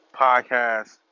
podcast